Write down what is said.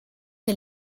que